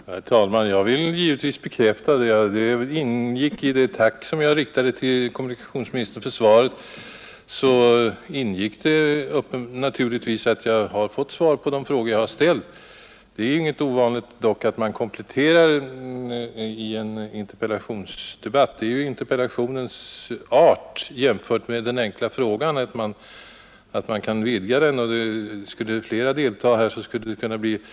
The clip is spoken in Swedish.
Herr talman! Mitt tack för interpellationssvaret som jag riktade till kommunikationsministern omfattade naturligtvis en bekräftelse på att jag ansåg mig ha fått svar på de frågor jag ställt i interpellationen. Det är dock inget ovanligt att man i en interpellationsdebatt begär preciseringar eller kompletterar interpellationen med ytterligare frågor. Interpellationsinstrumentets art jämfört med den enkla frågan utmärks väl just av att man i en interpellationsdebatt kan vidga debatten. Skulle fler ledamöter vilja delta i debatten går det bra och då brukar nya frågor komma.